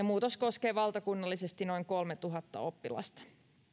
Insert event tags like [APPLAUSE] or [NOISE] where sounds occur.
[UNINTELLIGIBLE] muutos koskee valtakunnallisesti noin kolmeatuhatta oppilasta